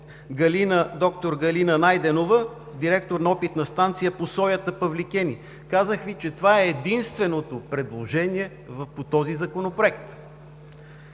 доцент доктор Галина Найденова – директор на Опитна станция по соята - Павликени. Казах Ви, че това е единственото предложение по този Законопроект.